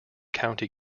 county